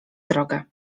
drogę